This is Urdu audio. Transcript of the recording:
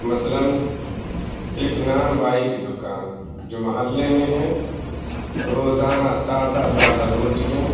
مثلاً ایک نان بائی کی دکان جو محلے میں ہے روزانہ تازہ تازہ روٹیاں